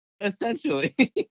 Essentially